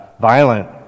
violent